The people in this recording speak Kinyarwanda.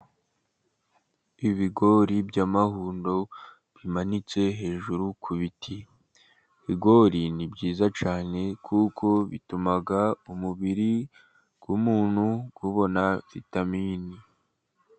Ibigori byamahundo bimanitse hejuru ku biti bigori nibyiza cyane kuko bituma umubiri w'umuntu kubona vitamini.